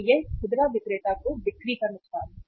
तो यह खुदरा विक्रेता को बिक्री का नुकसान है